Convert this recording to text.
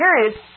period